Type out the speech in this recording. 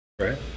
Right